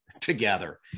together